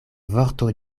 vorto